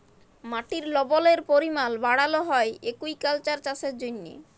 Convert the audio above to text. মাটির লবলের পরিমাল বাড়ালো হ্যয় একুয়াকালচার চাষের জ্যনহে